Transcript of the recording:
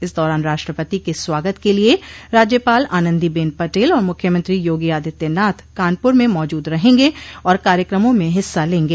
इस दौरान राष्ट्रपति के स्वागत के लिये राज्यपाल आनन्दीबेन पटेल और मुख्यमंत्री योगी आदित्यनाथ कानपुर में मौजूद रहेंगे और कार्यक्रमों में हिस्सा लेंगे